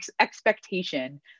expectation